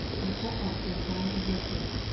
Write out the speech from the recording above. and cut off their hands and their feet,